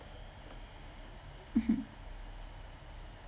mmhmm